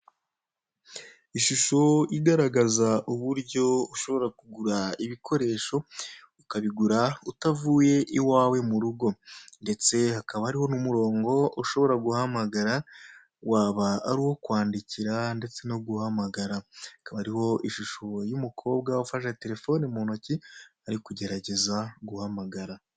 Ishusho igaragaza uburyo ushobora kugura ibikoresho, ukabigura utavuye iwawe mu rugo. Ndetse hakaba hariho n'umurongo ushobora guhamagara, waba ari uwo kwandikira ndetse no guhamagara. Hakaba hariho ishusho y'umukobwa ufashe telefoni mu ntoki, ari kugerageza guhamagara.